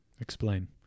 explain